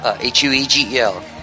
H-U-E-G-E-L